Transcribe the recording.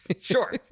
Sure